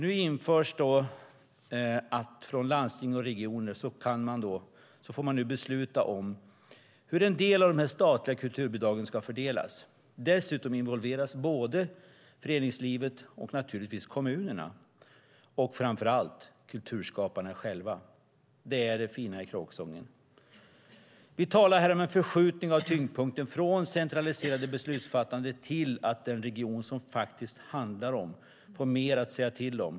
Nu får landsting och regioner besluta om hur en del av de statliga kulturbidragen ska fördelas. Dessutom involveras både föreningslivet och naturligtvis kommunerna men framför allt kulturskaparna själva. Det är det fina i kråksången. Vi talar här om en förskjutning av tyngdpunkten från det centraliserade beslutsfattandet till att den region som det faktiskt handlar om får mer att säga till om.